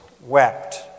wept